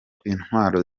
intwaro